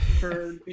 for-